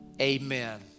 amen